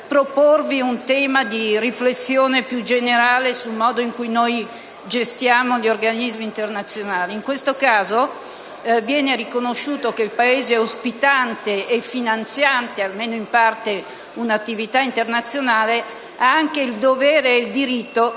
proporvi un tema di riflessione più generale concernente il modo in cui gestiamo gli organismi internazionali. In questo caso viene riconosciuto che il Paese ospitante e finanziante (almeno in parte) un'attività internazionale ha anche il dovere e il diritto